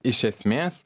iš esmės